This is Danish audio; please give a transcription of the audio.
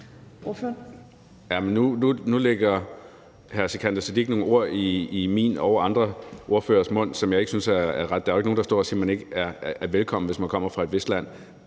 Nu lægger hr. Sikandar Siddique nogle ord i min og andre ordføreres mund, som jeg ikke synes er rigtige. Der er jo ikke nogen, der står og siger, at man ikke er velkommen, hvis man kommer fra et bestemt land.